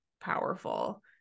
powerful